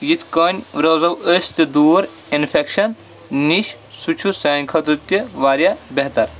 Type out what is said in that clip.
یِتھ کٔنۍ روزو أسۍ تہِ دوٗر اِنفیکشَن نِش سُہ چھُ سانہِ خٲطرٕ تہِ واریاہ بہتر